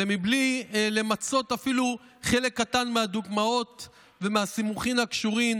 ובלי למצות אפילו חלק קטן מהדוגמאות ומהסימוכין הקשורים